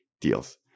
deals